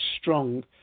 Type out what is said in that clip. Strong